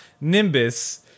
Nimbus